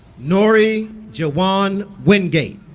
nory jaewon wingate